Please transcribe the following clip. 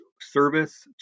service